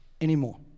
anymore